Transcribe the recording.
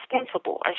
responsible